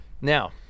now